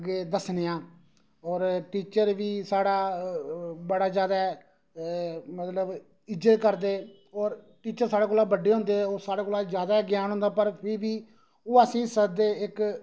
अग्गें दस्सने आं और टीचर बी साढ़े बड़ा बड़ा जैदा मतलब इज्जत करदे और टीचर साढ़े कोला बडे़ होदें ओह् साढ़े कोला जैदा ज्ञानी होंदा पर फिर बी ओह् असेंगी सददे इक